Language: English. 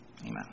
Amen